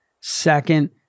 second